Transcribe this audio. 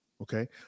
Okay